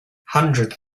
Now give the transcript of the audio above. hundreds